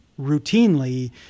routinely